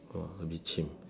oh a bit chim